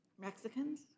Mexicans